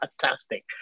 fantastic